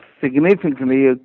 significantly